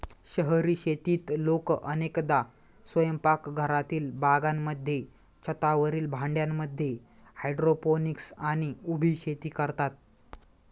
शहरी शेतीत लोक अनेकदा स्वयंपाकघरातील बागांमध्ये, छतावरील भांड्यांमध्ये हायड्रोपोनिक्स आणि उभी शेती करतात